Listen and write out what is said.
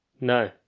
no